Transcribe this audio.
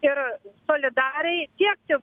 ir solidariai tiekti